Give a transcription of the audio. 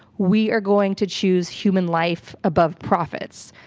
we are going to choose human life above profits,